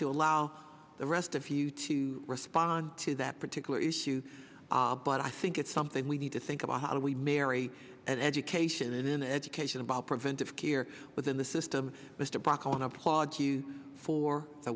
to allow the rest a few to respond to that particular issue but i think it's something we need to think about how do we marry at education and in education about preventive care within the system mr bach on applaud you for the